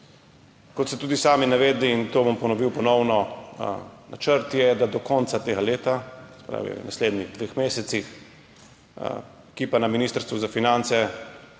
Kot ste tudi sami navedli, in to bom ponovno ponovil, načrt je, da do konca tega leta, se pravi v naslednjih dveh mesecih, Ministrstvo za finance